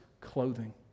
clothing